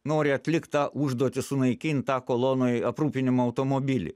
nori atlikt tą užduotį sunaikint tą kolonoj aprūpinimo automobilį